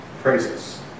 praises